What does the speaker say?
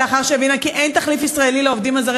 לאחר שהבינה כי אין תחליף ישראלי לעובדים הזרים,